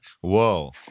Whoa